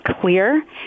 clear